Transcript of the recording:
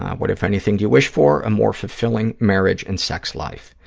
what, if anything, do you wish for? a more fulfilling marriage and sex life.